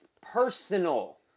personal